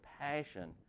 passion